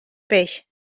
peix